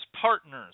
partners